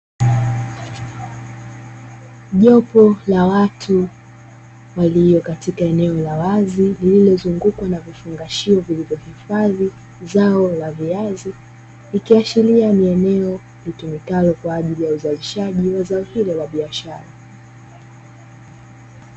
Jopo la watu walio katika eneo la wazi liliozungukwa na vifungashio vilivyohifadhi zao la viazi, ikiashiria ni eneo litumikalo kwa ajili ya uzalishaji wa zao hilo la biashara.